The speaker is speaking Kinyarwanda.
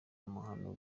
amahano